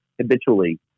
habitually